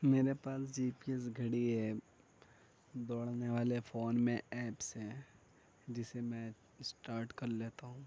میرے پاس G P S گھڑی ہے دوڑنے والے فون میں ایپس ہیں جسے میں اسٹاٹ کر لیتا ہوں